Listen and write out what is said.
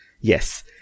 Yes